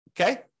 Okay